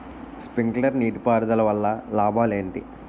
Sprinkler నీటిపారుదల వల్ల లాభాలు ఏంటి?